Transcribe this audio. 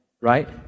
right